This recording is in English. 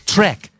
Trek